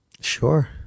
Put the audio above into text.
Sure